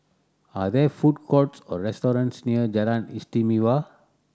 are there food courts or restaurants near Jalan Istimewa